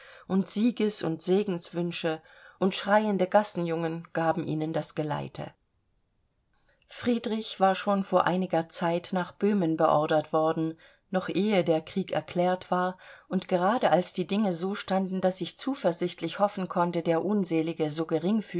und sieges und segenswünsche und schreiende gassenjungen gaben ihnen das geleite friedrich war schon vor einiger zeit nach böhmen beordert worden noch ehe der krieg erklärt war und gerade als die dinge so standen daß ich zuversichtlich hoffen konnte der unselige